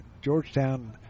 Georgetown